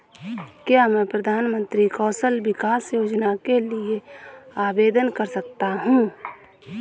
क्या मैं प्रधानमंत्री कौशल विकास योजना के लिए आवेदन कर सकता हूँ?